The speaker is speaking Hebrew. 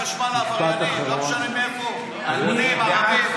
לא משנה מאיפה, יהודים, ערבים.